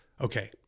okay